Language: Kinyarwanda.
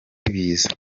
ibiza